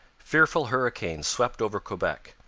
fearful hurricanes swept over quebec.